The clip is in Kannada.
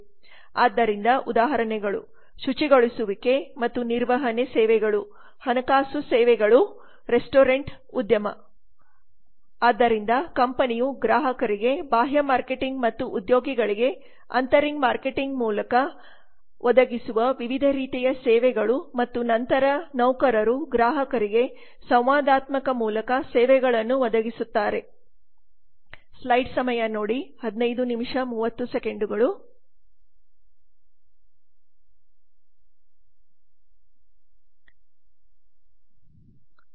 ಆದ್ದರಿಂದ ಉದಾಹರಣೆಗಳು ಶುಚಿಗೊಳಿಸುವಿಕೆ ಮತ್ತು ನಿರ್ವಹಣೆ ಸೇವೆಗಳು ಹಣಕಾಸು ಸೇವೆಗಳು ರೆಸ್ಟೋರೆಂಟ್ ಉದ್ಯಮ ಆದ್ದರಿಂದ ಕಂಪನಿಯು ಗ್ರಾಹಕರಿಗೆ ಬಾಹ್ಯ ಮಾರ್ಕೆಟಿಂಗ್ ಮತ್ತು ಉದ್ಯೋಗಿಗಳಿಗೆ ಆಂತರಿಕ ಮಾರ್ಕೆಟಿಂಗ್ ಮೂಲಕ ಒದಗಿಸುವ ವಿವಿಧ ರೀತಿಯ ಸೇವೆಗಳು ಮತ್ತು ನಂತರ ನೌಕರರು ಗ್ರಾಹಕರಿಗೆ ಸಂವಾದಾತ್ಮಕ ಮೂಲಕ ಸೇವೆಗಳನ್ನು ಒದಗಿಸುತ್ತಾರೆ ಮಾರ್ಕೆಟಿಂಗ್